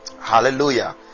Hallelujah